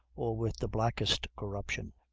or with the blackest corruption.